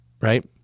Right